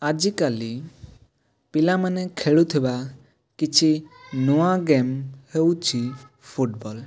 ଆଜିକାଲି ପିଲାମାନେ ଖେଳୁଥିବା କିଛି ନୂଆ ଗେମ୍ ହେଉଛି ଫୁଟବଲ୍